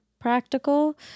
practical